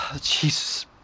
Jesus